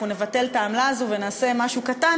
אנחנו נבטל את העמלה הזאת ונעשה משהו קטן